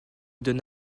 donne